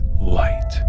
light